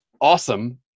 awesome